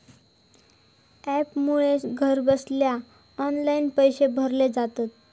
ॲपमुळे घरबसल्या ऑनलाईन पैशे भरले जातत